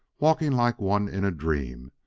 walking like one in a dream,